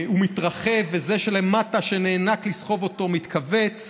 הוא מתרחב, וזה שלמטה, שנאנק לסחוב אותו, מתכווץ.